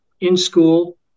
in-school